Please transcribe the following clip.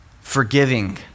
forgiving